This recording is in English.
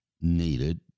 needed